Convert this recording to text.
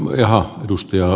tähän ed